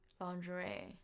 Lingerie